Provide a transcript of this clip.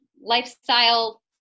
lifestyle